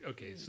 Okay